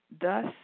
Thus